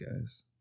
guys